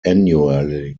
annually